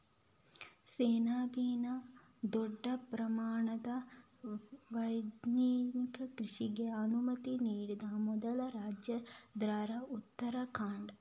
ಸೆಣಬಿನ ದೊಡ್ಡ ಪ್ರಮಾಣದ ವಾಣಿಜ್ಯ ಕೃಷಿಗೆ ಅನುಮತಿ ನೀಡಿದ ಮೊದಲ ರಾಜ್ಯ ಅಂದ್ರೆ ಉತ್ತರಾಖಂಡ